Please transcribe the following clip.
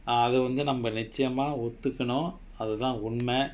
ah அது வந்து நம்ம நிச்சயமா ஒத்துகனும் அதுதா உண்ம:athu vanthu namma nichayama othukanum athutha unma